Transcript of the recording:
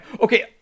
Okay